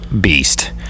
beast